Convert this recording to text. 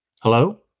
Hello